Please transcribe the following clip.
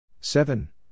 Seven